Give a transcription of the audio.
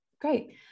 great